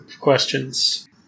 questions